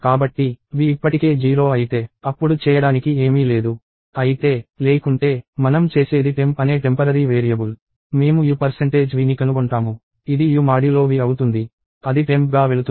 కాబట్టి v ఇప్పటికే 0 అయితే అప్పుడు చేయడానికి ఏమీ లేదు అయితే లేకుంటే మనం చేసేది temp అనే టెంపరరీ వేరియబుల్ మేము uv ని కనుగొంటాము ఇది u మాడ్యులో v అవుతుంది అది temp గా వెళుతుంది